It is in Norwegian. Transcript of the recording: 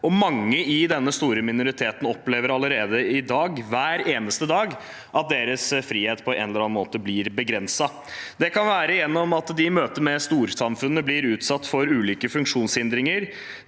mange i denne store minoriteten opplever allerede i dag at deres frihet hver eneste dag på en eller annen måte blir begrenset. Det kan være gjennom at de i møte med storsamfunnet blir utsatt for ulike funksjonshindringer,